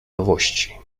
nowości